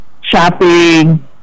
shopping